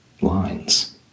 lines